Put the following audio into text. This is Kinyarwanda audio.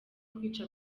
kwica